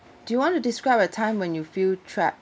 do you want to describe a time when you feel trap